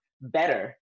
better